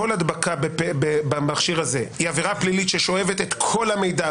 כל הדבקה במכשיר הזה היא עבירה פלילית ששואבת את כל המידע,